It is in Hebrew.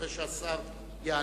אחרי שהשר יענה.